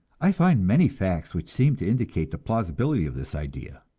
i find many facts which seem to indicate the plausibility of this idea.